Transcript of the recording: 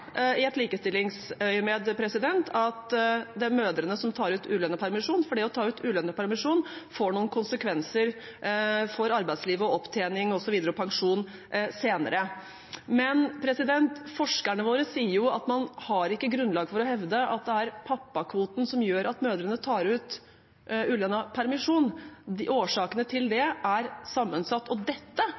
i et likestillingsøyemed at det er mødrene som tar ut ulønnet permisjon, for det å ta ut ulønnet permisjon får noen konsekvenser for arbeidslivet, opptjening osv. – og senere for pensjonen. Men forskerne sier man ikke har grunnlag for å hevde at det er pappakvoten som gjør at mødrene tar ut ulønnet permisjon. Årsakene til det er sammensatt, og dette